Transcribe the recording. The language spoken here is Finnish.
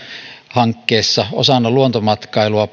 hankkeessa osana luontomatkailua